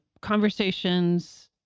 conversations